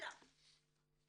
כולל ילידי הארץ וכולם.